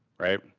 right?